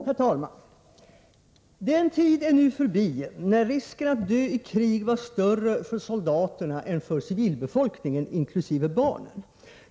Herr talman! Den tid är nu förbi då risken att dö i krig var större för soldaterna än för civilbefolkningen, inkl. barnen.